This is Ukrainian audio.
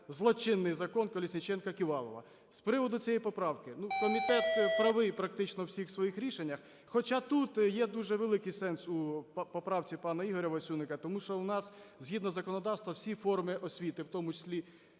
злочинний Закон "Колесніченка-Ківалова". З приводу цієї поправки. Ну комітет правий практично у всіх своїх рішеннях. Хоча тут є дуже великий сенс у поправці пана Ігоря Васюника, тому що в нас, згідно законодавства, всі форми освіти, в тому числі